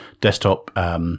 desktop